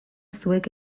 zuek